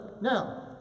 Now